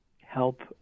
help